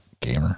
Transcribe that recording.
gamer